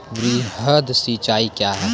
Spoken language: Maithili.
वृहद सिंचाई कया हैं?